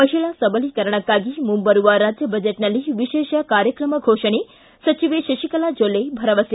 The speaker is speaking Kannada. ಮಹಿಳಾ ಸಬಲೀಕರಣಕ್ಕಾಗಿ ಮುಂಬರುವ ರಾಜ್ಜ ಬಜೆಟ್ನಲ್ಲಿ ವಿಶೇಷ ಕಾರ್ಯಕ್ರಮ ಘೋಷನೆ ಸಚಿವೆ ಶಶಿಕಲಾ ಜೊಲ್ಲೆ ಭರವಸೆ